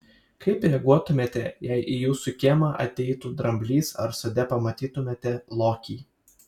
kaip reaguotumėte jei į jūsų kiemą ateitų dramblys ar sode pamatytumėte lokį